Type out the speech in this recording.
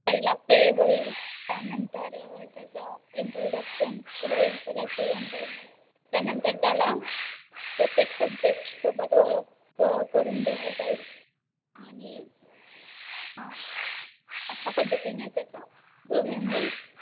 पहिला पे होईल त्यानंतर त्याचं इंट्रोडक्शन होईल सगळ्या स्टुडंटवर त्यानंतर त्याला प्रत्येक सब्जेक्टसोबत ओळख करून दिली जाईल आणि हां अशा पद्धतीने त्याचं ग्रुमिंग होईल